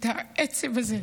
את העצב הזה,